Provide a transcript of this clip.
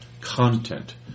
content